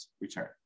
return